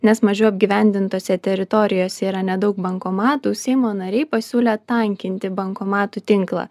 nes mažiau apgyvendintose teritorijose yra nedaug bankomatų seimo nariai pasiūlė tankinti bankomatų tinklą